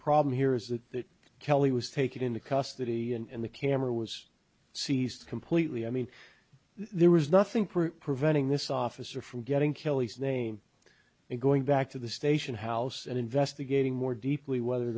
problem here is that kelly was taken into custody and the camera was seized completely i mean there was nothing proof preventing this officer from getting killie's name and going back to the station house and investigating more deeply whether